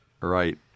Right